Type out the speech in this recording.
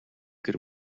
гэр